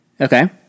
Okay